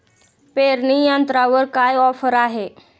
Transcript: पेरणी यंत्रावर काय ऑफर आहे?